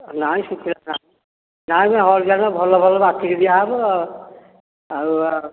ନାଇଁ ଶୁଖିଲା ନାଇଁ ନାଇଁ ହଳଦିଆ ନାଇଁ ଭଲ ଭଲ ବାଛିକି ଦିଆ ହେବ ଆଉ